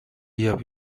year